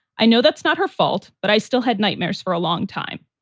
i know that's not her fault, but i still had nightmares for a long time.